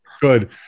good